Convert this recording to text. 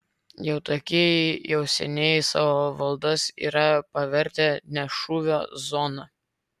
jautakiai jau seniai savo valdas yra pavertę ne šūvio zona